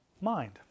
Mind